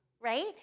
right